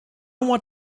want